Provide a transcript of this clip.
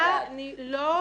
על הסיפור הזה שהממשלה לא פועלת